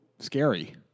Scary